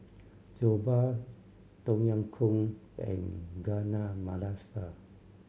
Jokbal Tom Yam Goong and Chana Masala